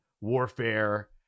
warfare